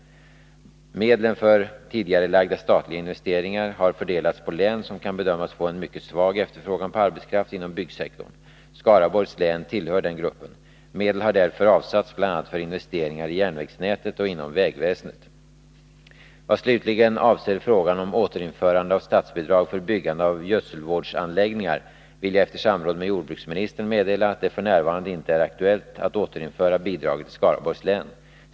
Medlen för tidigarelagda statliga investeringar har fördelats på län som kan bedömas få en mycket svag efterfrågan på arbetskraft inom byggsektorn. Skaraborgs län tillhör den gruppen. Medel har därför avsatts bl.a. för investeringar i järnvägsnätet och inom vägväsendet. Vad slutligen avser frågan om återinförande av statsbidrag för byggande av gödselvårdsanläggningar vill jag efter samråd med jordbruksministern meddela att det f. n. inte är aktuellt att återinföra bidraget i Skaraborgs län.